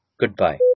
goodbye